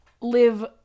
live